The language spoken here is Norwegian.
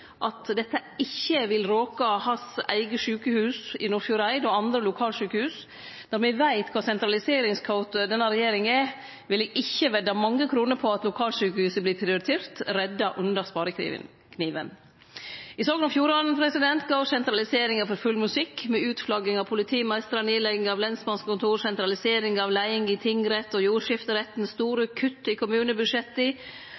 at dette ikkje vil råke hans eige sjukehus i Nordfjordeid og andre lokalsjukehus? Når me veit kor sentraliseringskåte denne regjeringa er, ville eg ikkje vedda mange kronene på at lokalsjukehuset vert prioritert og redda unna sparekniven. I Sogn og Fjordane går sentraliseringa for full musikk, med utflagging av politimeistrar, nedlegging av lensmannskontor, sentralisering av leiinga i tingretten og jordskifteretten,